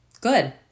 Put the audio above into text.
Good